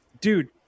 Dude